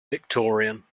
victorian